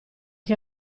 che